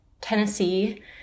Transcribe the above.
Tennessee